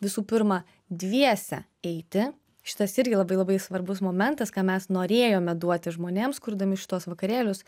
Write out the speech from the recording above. visų pirma dviese eiti šitas irgi labai labai svarbus momentas ką mes norėjome duoti žmonėms kurdami šituos vakarėlius